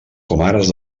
comares